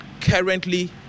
currently